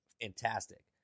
fantastic